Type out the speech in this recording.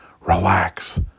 Relax